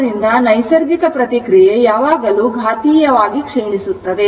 ಆದ್ದರಿಂದ ನೈಸರ್ಗಿಕ ಪ್ರತಿಕ್ರಿಯೆ ಯಾವಾಗಲೂ ಘಾತೀಯವಾಗಿ ಕ್ಷೀಣಿಸುತ್ತದೆ